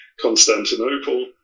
Constantinople